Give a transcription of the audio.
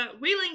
Wheeling